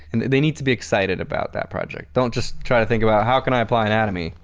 and they need to be excited about that project. don't just try to think about how can i apply anatomy?